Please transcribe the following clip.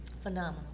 phenomenal